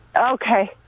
Okay